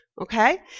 okay